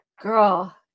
Girl